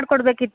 ಹಾಂ ಹಾಂ